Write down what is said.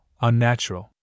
unnatural